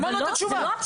שמענו את התשובה.